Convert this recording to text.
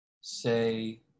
say